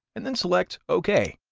and then select ok.